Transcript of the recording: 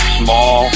small